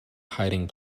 hiding